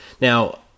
now